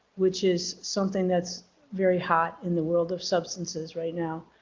which is something that's very hot in the world of substances right now.